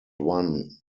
one